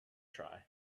try